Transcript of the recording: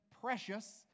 precious